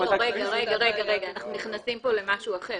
רגע, אנחנו נכנסים פה למשהו אחר.